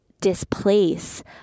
displace